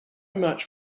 much